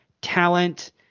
talent